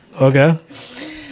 okay